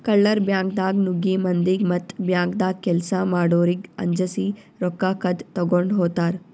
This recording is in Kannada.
ಕಳ್ಳರ್ ಬ್ಯಾಂಕ್ದಾಗ್ ನುಗ್ಗಿ ಮಂದಿಗ್ ಮತ್ತ್ ಬ್ಯಾಂಕ್ದಾಗ್ ಕೆಲ್ಸ್ ಮಾಡೋರಿಗ್ ಅಂಜಸಿ ರೊಕ್ಕ ಕದ್ದ್ ತಗೊಂಡ್ ಹೋತರ್